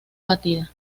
batida